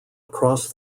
across